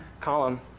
column